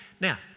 Now